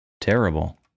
Terrible